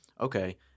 okay